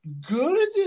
good